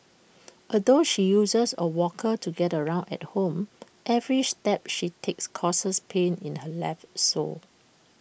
although she uses A walker to get around at home every step she takes causes pain in her left sole